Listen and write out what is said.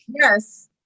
yes